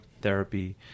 therapy